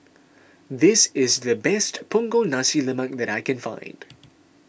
this is the best Punggol Nasi Lemak that I can find